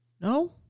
No